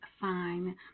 fine